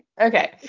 Okay